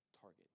target